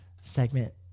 segment